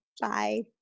Bye